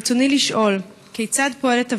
רצוני לשאול: 1. כיצד פועלת הוועדה?